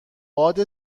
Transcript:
باد